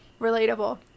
Relatable